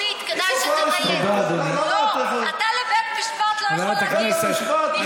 מעמדה הוא לא כשפה רשמית.